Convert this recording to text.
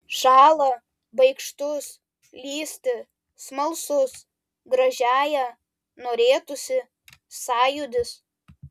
šąlą baikštus lįsti smalsūs gražiąją norėtųsi sąjūdis